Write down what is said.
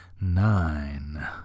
Nine